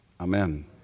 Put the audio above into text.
Amen